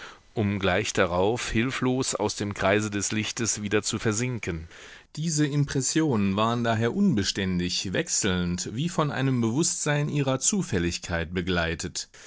um gleich darauf hilflos aus dem kreise des lichtes wieder zu versinken diese impressionen waren daher unbeständig wechselnd von einem bewußtsein ihrer zufälligkeit begleitet